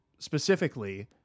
Specifically